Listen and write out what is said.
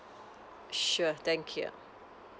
sure thank you